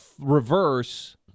reverse